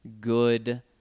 good